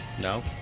no